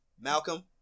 Malcolm